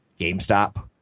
GameStop